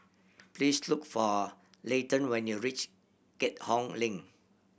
please look for Layton when you reach Keat Hong Link